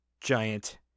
giant